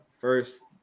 first